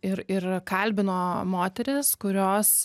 ir ir kalbino moteris kurios